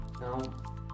Now